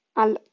al